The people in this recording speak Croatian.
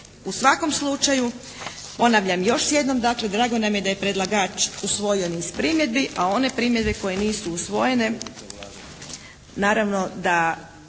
u svakom slučaju ponavljam još jednom, drago nam je da je predlagač usvojio niz primjedbi, a one primjedbe koje nisu usvojene naravno da